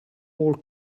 more